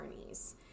journeys